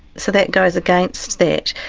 so that goes against that.